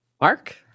Mark